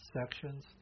sections